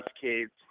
kids